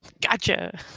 Gotcha